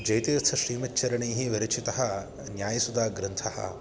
जयतीर्थश्रीमच्चरर्णैः वरिचितः न्यायसुधाग्रन्थः